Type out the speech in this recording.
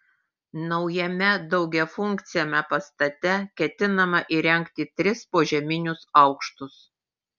naujame daugiafunkciame pastate ketinama įrengti tris požeminius aukštus